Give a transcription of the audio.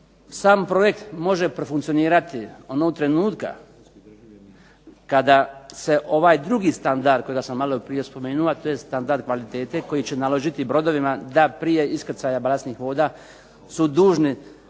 Sam projekt može profunkcionirati onog trenutka kada se ovaj drugi standard kojega sam maloprije spomenuo, a to je standard kvalitete koji će naložiti brodovima da prije iskrcaja balastnih voda su dužni